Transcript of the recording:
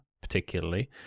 particularly